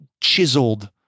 chiseled